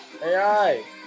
AI